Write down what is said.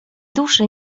duszy